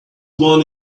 one